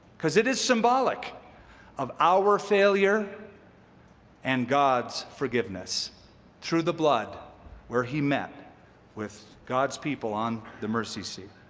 because, it is symbolic of our failure and god's forgiveness through the blood where he met with god's people on the mercy seat.